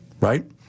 right